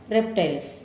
Reptiles